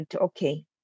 okay